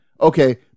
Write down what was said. okay